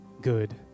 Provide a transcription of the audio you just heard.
good